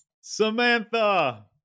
Samantha